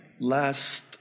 last